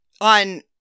On